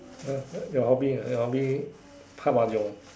your hobby ah your hobby pa Mahjong